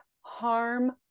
Harm